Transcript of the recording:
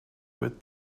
with